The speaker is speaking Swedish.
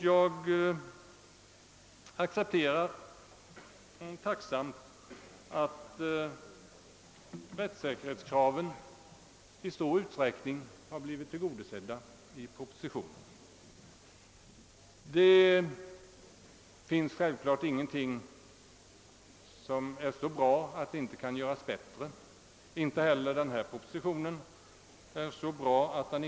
Jag accepterar tacksamt att rättssäkerhetskraven i stor utsträckning har blivit tillgodosedda i propositionen. Det finns självklart ingenting som är så bra att det inte kan göras bättre, inte heller den föreliggande propositionen.